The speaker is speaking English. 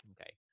okay